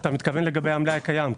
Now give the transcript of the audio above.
אתה מתכוון לגבי המלאי הקיים?